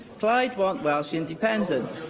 plaid want welsh independence